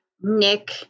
Nick